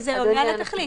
זה עונה על התכלית.